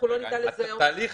אנחנו לא נדע לזהות אותו.